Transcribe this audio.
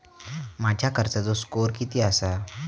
माझ्या कर्जाचो स्कोअर किती आसा?